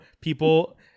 people